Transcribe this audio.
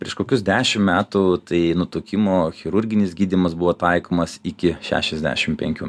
prieš kokius dešim metų tai nutukimo chirurginis gydymas buvo taikomas iki šešiasdešim penkių